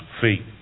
feet